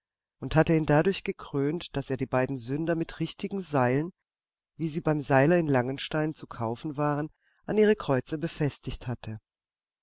und hatte ihn dadurch gekrönt daß er die beiden sünder mit richtigen seilen wie sie beim seiler in langenstein zu kaufen waren an ihre kreuze befestigt hatte